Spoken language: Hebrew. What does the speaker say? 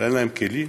ואין להם כלים.